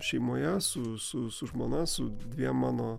šeimoje su su su žmona su dviem mano